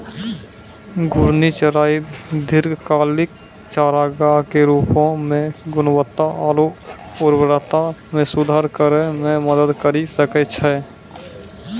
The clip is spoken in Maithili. घूर्णि चराई दीर्घकालिक चारागाह के रूपो म गुणवत्ता आरु उर्वरता म सुधार करै म मदद करि सकै छै